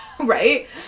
right